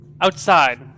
outside